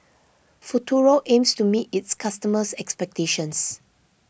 Futuro aims to meet its customers' expectations